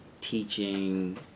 teaching